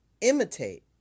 imitate